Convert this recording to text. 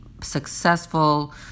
successful